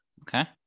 okay